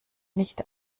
nicht